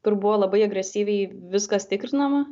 kur buvo labai agresyviai viskas tikrinama